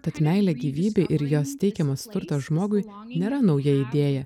tad meilė gyvybė ir jos teikiamas turtas žmogui nėra nauja idėja